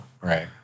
Right